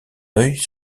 œil